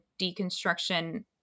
deconstruction